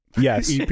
Yes